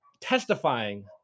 testifying